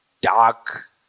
dark